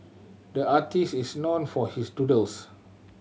the artist is known for his doodles